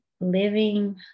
living